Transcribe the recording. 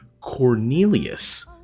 Cornelius